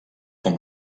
com